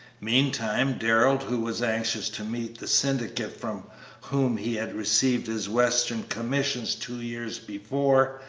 meantime, darrell, who was anxious to meet the syndicate from whom he had received his western commission two years before,